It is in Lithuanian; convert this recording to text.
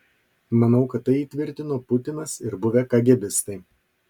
manau kad tai įtvirtino putinas ir buvę kagėbistai